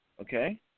okay